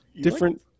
different